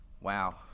wow